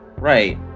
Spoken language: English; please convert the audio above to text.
Right